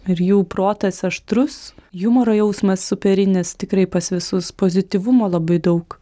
ir jų protas aštrus jumoro jausmas superinis tikrai pas visus pozityvumo labai daug